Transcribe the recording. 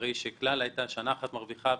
הרי שכלל הייתה שנה אחת מרוויחה,